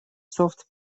софт